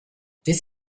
this